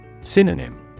Synonym